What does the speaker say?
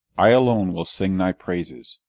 i alone will sing thy praises,